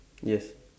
yes